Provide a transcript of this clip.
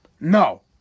No